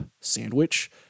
sandwich